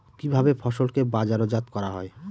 কিভাবে ফসলকে বাজারজাত করা হয়?